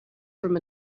from